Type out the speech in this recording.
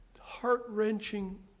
heart-wrenching